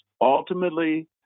Ultimately